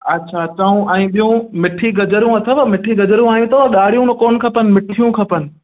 अच्छा त हू ऐं ॿियूं मिट्ठी गजरूं अथव मिठी गजरूं आयू अथव ॻाढ़ियूं में कोन खपनि मिठियूं खपनि